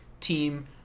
team